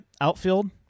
outfield